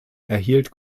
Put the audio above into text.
erhielt